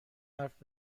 حرف